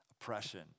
oppression